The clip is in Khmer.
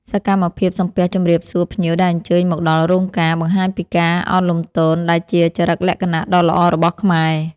សកម្មភាពសំពះជម្រាបសួរភ្ញៀវដែលអញ្ជើញមកដល់រោងការ បង្ហាញពីការអោនលំទោនដែលជាចរិតលក្ខណៈដ៏ល្អរបស់ខ្មែរ។